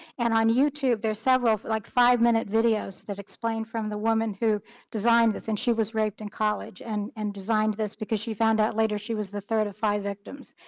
and on youtube, there's several like five minute videos that explain from the woman who designed this and she was raped in college and and designed this because she found out later she was the third of five victims.